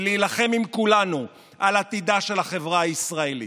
ולהילחם עם כולנו על עתידה של החברה הישראלית.